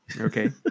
Okay